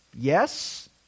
Yes